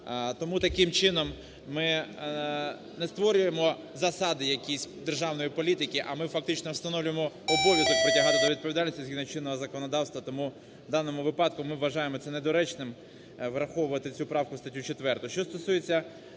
Тому таким чином ми не створюємо засади якісь державної політики, а ми фактично встановлюємо обов'язок притягати до відповідальності згідно чинного законодавства. Тому в даному випадку ми вважаємо це недоречним враховувати цю правку в статтю 4.